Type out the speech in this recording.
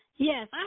Yes